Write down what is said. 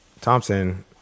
Thompson